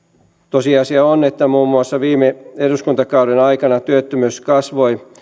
tosiasia on että muun muassa viime eduskuntakauden aikana työttömyys kasvoi